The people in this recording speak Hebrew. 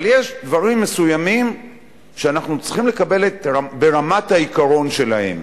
אבל יש דברים מסוימים שאנחנו צריכים לקבל ברמת העיקרון שלהם,